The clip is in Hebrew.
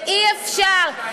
ואי-אפשר,